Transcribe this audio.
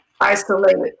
isolated